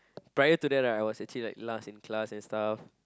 prior to that I was actually last in class and stuff